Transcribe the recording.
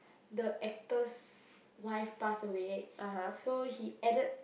the actor's wife pass away so he added